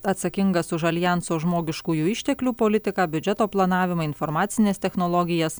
atsakingas už aljanso žmogiškųjų išteklių politiką biudžeto planavimą informacines technologijas